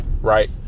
right